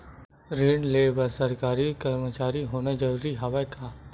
ऋण ले बर सरकारी कर्मचारी होना जरूरी हवय का?